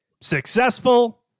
successful